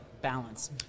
balance